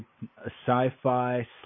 sci-fi